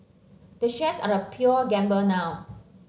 the shares are a pure gamble now